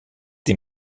dem